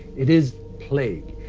it is plague,